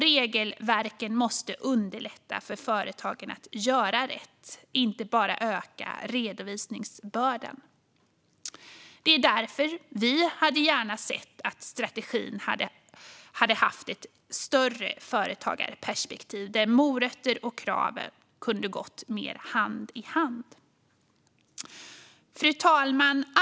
Regelverken måste underlätta för företagare att göra rätt, inte bara öka redovisningsbördan. Det är därför vi gärna hade sett att strategin hade haft ett större företagarperspektiv där morötter och krav kunde ha gått mer hand i hand. Fru talman!